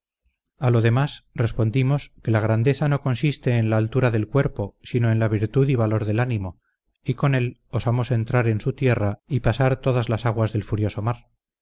a lo demás respondimos que la grandeza no consiste en la altura del cuerpo sino en la virtud y valor del ánimo y con él osamos entrar en su tierra y pasar todas las aguas del furioso mar